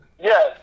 Yes